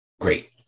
great